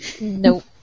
Nope